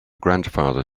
grandfather